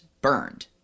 burned